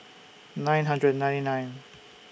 nine hundred nine nine